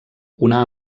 una